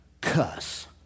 cuss